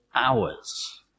hours